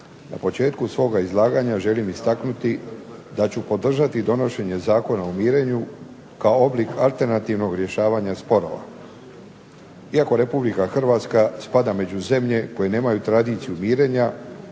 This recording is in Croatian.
Na početku svoga izlaganja želim istaknuti da ću podržati donošenje Zakona o mirenju kao oblik alternativnog rješavanja sporova. Iako Republika Hrvatska spada među zemlje koje nemaju tradiciju mirenja